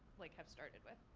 like, have started with?